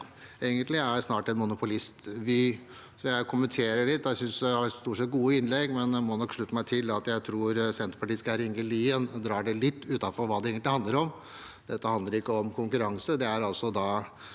egentlig snart er en monopolist. Vi kommenterer litt, jeg synes det stort sett er gode innlegg, men jeg må slutte meg til at jeg tror Senterpartiets Geir Inge Lien drar det litt utenfor det det egentlig handler om. Dette handler ikke om konkurranse.